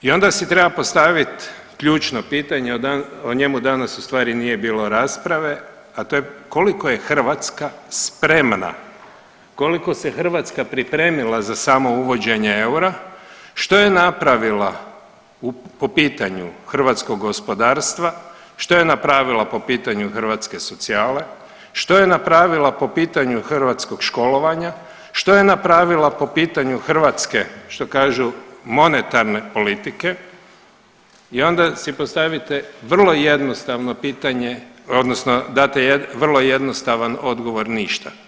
I onda si treba postaviti ključno pitanje, o njemu danas u stvari nije bilo rasprave, a to je koliko je Hrvatska spremna, koliko se Hrvatska pripremila za samo uvođenje eura, što je napravila po pitanju hrvatskog gospodarstva, što je napravila po pitanju hrvatske socijale, što je napravila po pitanju hrvatskog školovanja, što je napravila po pitanju Hrvatske što kažu monetarne politike i onda si postavite vrlo jednostavno pitanje odnosno date vrlo jednostavan odgovor, ništa.